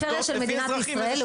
בפריפריה של מדינת ישראל,